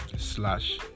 slash